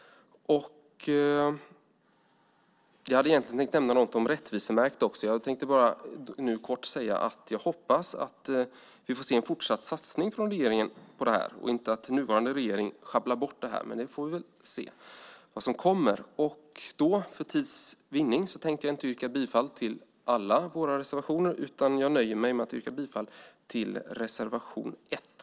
Jag hade egentligen tänkt nämna något om rättvisemärkt också. Jag vill bara kort säga att jag hoppas att vi får se en fortsatt satsning från regeringen på detta så att det inte sjabblas bort. Men vi får väl se vad som kommer. För tids vinning tänkte jag inte yrka bifall till alla våra reservationer, utan jag nöjer mig med att yrka bifall till reservation 1.